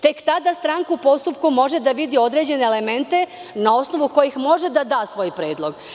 Tek tada stranka u postupku može da vidi određene elemente na osnovu kojih može da da svoj predlog.